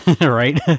Right